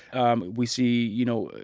um we see, you know,